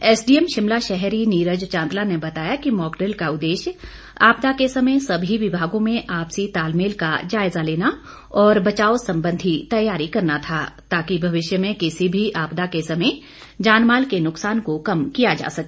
SDM Shimla शहरी नीरज चांदला ने बताया कि मॉकड़िल का उद्देश्य आपदा के समय सभी विभागों में आपसी तालमेल का जायजा लेना और बचाव संबंधी तैयारी करना था ताकि भविष्य में किसी भी आपदा के समय जानमाल के नुक्सान को कम किया जा सके